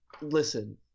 Listen